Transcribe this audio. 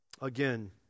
again